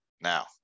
Now